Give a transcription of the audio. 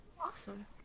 awesome